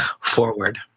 forward